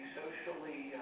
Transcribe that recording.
socially